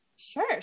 Sure